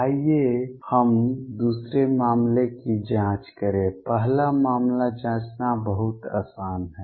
आइए हम दूसरे मामले की जांच करें पहला मामला जांचना बहुत आसान है